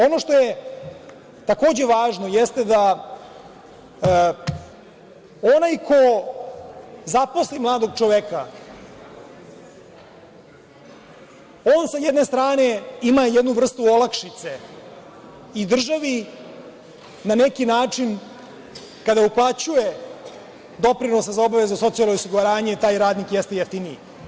Ono što je takođe važno, jeste da onaj ko zaposli mladog čoveka on sa jedne strane ima jednu vrstu olakšice, i državi na neki način, kada uplaćuje doprinose za obavezno socijalno osiguranje, taj radnik jeste jeftiniji.